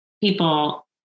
people